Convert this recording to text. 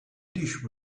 dish